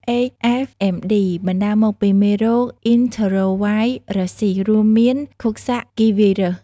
HFMD បណ្តាលមកពីមេរោគ អុីនធើរ៉ូវាយរើសសុីស រួមទាំង ឃោកសាក់គីវាយរើស ។